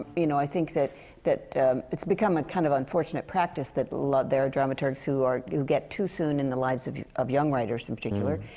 you know, i think that that it's become a kind of unfortunate practice, that l there are dramaturgs who are who get too soon in the lives of of young writers, in particular.